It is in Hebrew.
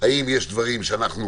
אם יש דברים שאנחנו